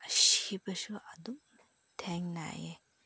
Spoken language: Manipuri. ꯁꯤꯕꯁꯨ ꯑꯗꯨꯝ ꯊꯦꯡꯅꯩꯌꯦ